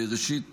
ראשית,